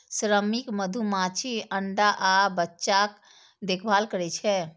श्रमिक मधुमाछी अंडा आ बच्चाक देखभाल करै छै